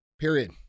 Period